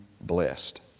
blessed